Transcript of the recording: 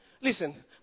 Listen